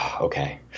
okay